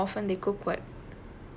we don't know how often they cook [what]